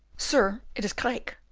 sir, it is craeke.